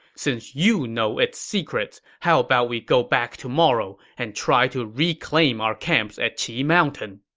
since you know its secrets, how about we go back tomorrow and try to reclaim our camps at qi mountain?